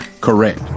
correct